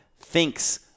thinks